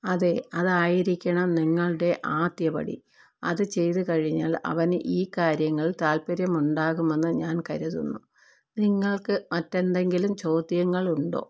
അതെ അതായിരിക്കണം നിങ്ങളുടെ ആദ്യപടി അത് ചെയ്ത് കഴിഞ്ഞാൽ അവന് ഈ കാര്യങ്ങളിൽ താൽപ്പര്യമുണ്ടാകുമെന്ന് ഞാൻ കരുതുന്നു നിങ്ങൾക്ക് മറ്റെന്തെങ്കിലും ചോദ്യങ്ങളുണ്ടോ